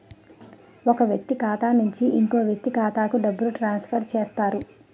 ఒక వ్యక్తి ఖాతా నుంచి ఇంకో వ్యక్తి ఖాతాకు డబ్బులను ట్రాన్స్ఫర్ చేస్తారు